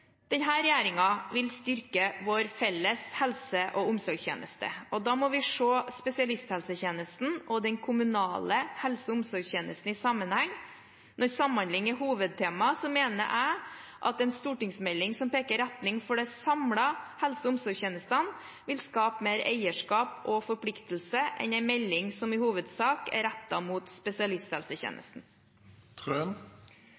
vil styrke vår felles helse- og omsorgstjeneste. Da må vi se spesialisthelsetjenesten og den kommunale helse- og omsorgstjenesten i sammenheng. Når samhandling er hovedtema, mener jeg at en stortingsmelding som peker retning for den samlede helse- og omsorgstjenesten, vil skape mer eierskap og forpliktelse enn en melding som i hovedsak er rettet mot